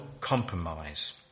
compromise